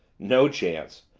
no chance!